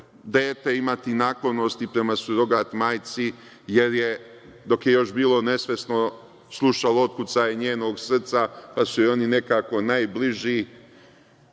imati naklonosti prema surogat majci jer je, dok je još bilo nesvesno, slušalo otkucaje njenog srca pa su joj oni nekako najbliži,